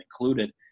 included